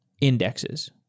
indexes